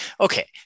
Okay